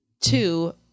two